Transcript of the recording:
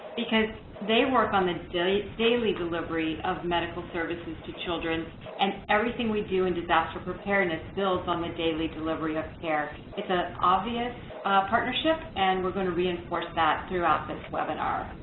because they work on the daily delivery of medical services to children and everything we do in disaster preparedness on the daily delivery of care, it's an ah obvious partnership and we're going to reinforce that throughout this webinar.